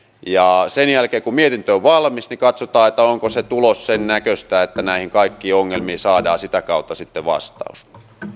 sen jälkeen kun mietintö on valmis katsotaan onko tulos sen näköistä että näihin kaikkiin ongelmiin saadaan sitä kautta vastaus